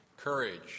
courage